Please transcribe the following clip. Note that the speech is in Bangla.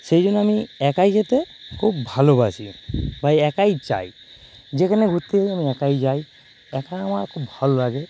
সেই জন্য আমি একাই যেতে খুব ভালোবাসি তাই একাই যাই যেখানে ঘুরতে যাই আমি একাই যাই একা আমার খুব ভালো লাগে